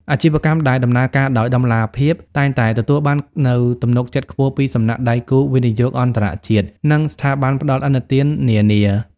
អាជីវកម្មដែលដំណើរការដោយតម្លាភាព តែងតែទទួលបាននូវទំនុកចិត្តខ្ពស់ពីសំណាក់ដៃគូវិនិយោគអន្តរជាតិ និងស្ថាប័នផ្ដល់ឥណទាននានា។